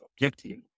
objective